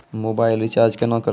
Mobile recharge केना करबै?